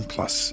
Plus